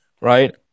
right